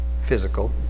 physical